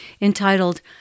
entitled